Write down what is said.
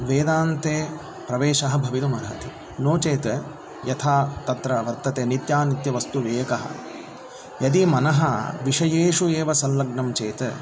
वेदान्ते प्रवेशः भवितुमर्हति नो चेत् यथा तत्र वर्तते नित्यानित्यवस्तुविवेकः यदि मनः विषयेषु एव संलग्नं चेत्